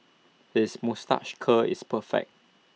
his moustache curl is perfect